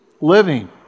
living